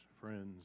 friends